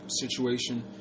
situation